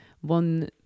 one